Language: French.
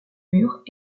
murs